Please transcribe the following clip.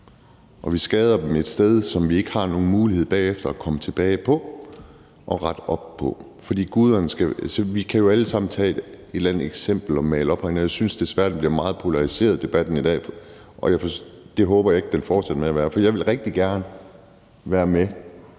og vi skader dem et sted, som vi ikke har nogen mulighed for at komme tilbage til og rette op på bagefter. Vi kan jo alle sammen tage et eller andet eksempel og male det op herinde, og jeg synes desværre, det bliver meget polariseret med debatten i dag. Det håber jeg ikke den fortsætter med at være. For jeg vil rigtig gerne være med,